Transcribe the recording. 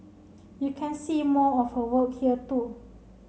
you can see more of her work here too